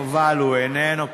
חבל, הוא איננו פה.